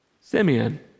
Simeon